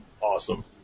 awesome